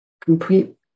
complete